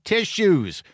Tissues